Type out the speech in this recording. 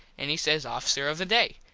and he says officer of the day.